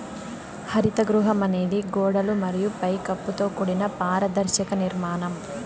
హరిత గృహం అనేది గోడలు మరియు పై కప్పుతో కూడిన పారదర్శక నిర్మాణం